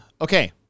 Okay